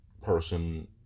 person